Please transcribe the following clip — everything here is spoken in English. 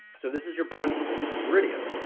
so this is your principal meridian,